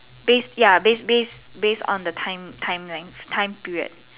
base ya base base base on the time timeline time period